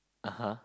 (uh huh)